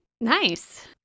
Nice